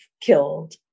killed